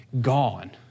gone